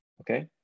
okay